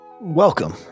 welcome